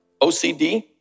OCD